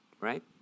Right